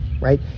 right